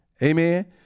Amen